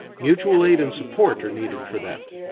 mutual aid and support are needed for that.